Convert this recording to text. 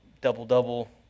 double-double